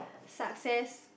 success